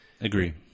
Agree